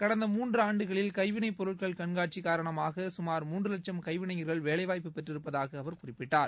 கடந்த மூன்று ஆண்டுகளில் கைவினைப் பொருட்கள் கண்காட்சி காரணமாக சுமார் மூன்று இலட்சம் கைவினைஞர்கள் வேலைவாய்ப்பு பெற்றிருப்பதாக அவர் குறிப்பிட்டார்